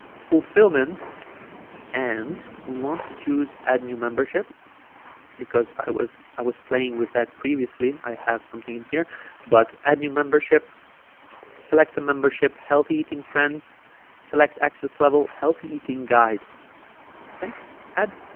fulfillment and we want to choose add new membership because i was i was playing with that previously i have something here but add new membership select a membership healthy eating trends select access level healthy eating guide okay add